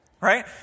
right